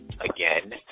Again